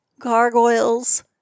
gargoyles